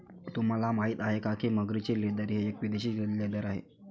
तुम्हाला माहिती आहे का की मगरीचे लेदर हे एक विदेशी लेदर आहे